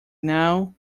now